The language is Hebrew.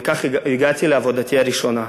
וכך הגעתי לעבודתי הראשונה.